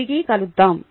తిరిగి కలుద్దాం